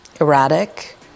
erratic